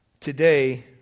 today